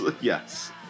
yes